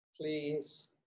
Please